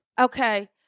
Okay